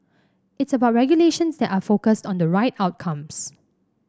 it is about regulations that are focused on the right outcomes